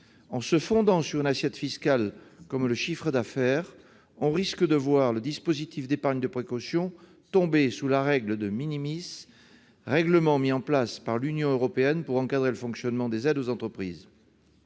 En se fondant sur une assiette fiscale comme le chiffre d'affaires, on risque de voir le dispositif d'épargne de précaution tomber sous la règle, règlement mis en place par l'Union européenne pour encadrer le fonctionnement des aides aux entreprises,